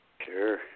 Sure